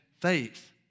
faith